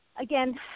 again